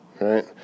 right